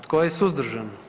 Tko je suzdržan?